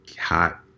hot